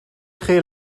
créer